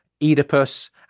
Oedipus